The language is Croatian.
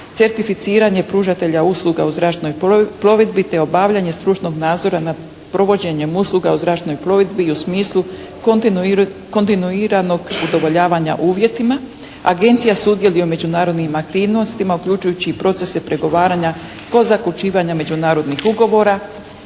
certificiranje pružatelja usluga u zračnoj plovidbi te obavljanje stručnog nadzora nad provođenjem usluga u zračnoj plovidbi u smislu kontinuiranog udovoljavanja uvjetima. Agencija sudjeluje u međunarodnim aktivnostima uključujući i procese pregovaranja do zaključivanja međunarodnih ugovora.